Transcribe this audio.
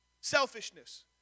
Selfishness